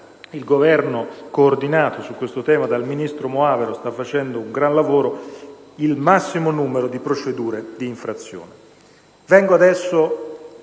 il Governo, coordinato su questo tema dal ministro Moavero, sta facendo un gran lavoro - il massimo numero di procedure di infrazione. Vengo adesso